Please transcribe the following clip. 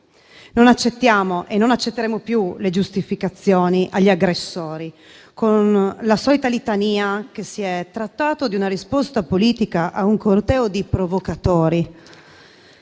non accettiamo e non accetteremo più le giustificazioni agli aggressori con la solita litania che si è trattato di una risposta politica a un corteo di provocatori.